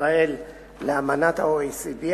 ישראל לאמנת ה-OECD",